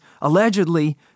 allegedly